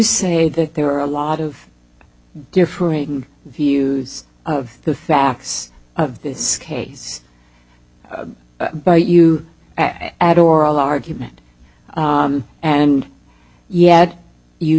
say that there are a lot of differing views of the facts of this case but you at oral argument and yet you